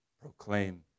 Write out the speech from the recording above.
Proclaim